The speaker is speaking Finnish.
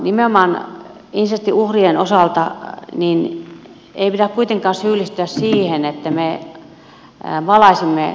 nimenomaan insestin uhrien osalta ei pidä kuitenkaan syyllistyä siihen että me valaisimme turhaa toivoa